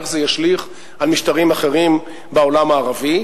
איך זה ישליך על משטרים אחרים בעולם הערבי,